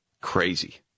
Crazy